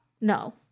No